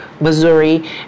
Missouri